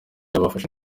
bafashe